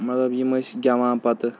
مطلب یِم ٲسۍ گیٚوان پَتہٕ